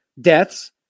deaths